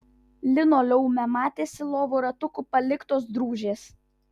linoleume matėsi lovų ratukų paliktos drūžės